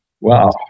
wow